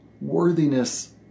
Worthiness